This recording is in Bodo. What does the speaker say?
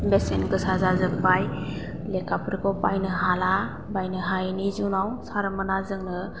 बेसेन गोसा जाजोब्बाय लेखाफोरखौ बायनो हाला बायनो हायैनि जुनाव सारमोनहा जोंनो